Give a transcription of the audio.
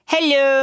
Hello